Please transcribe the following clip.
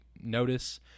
Notice